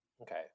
Okay